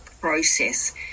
process